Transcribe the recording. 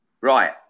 Right